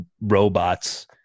robots